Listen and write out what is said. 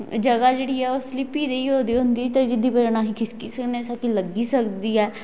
जगह् जेह्ड़ी ऐ स्लिपी जेई होई दी होंदी जेह्दी वजह् कन्ने अस खिस्की सकनें लगी सकदी ऐ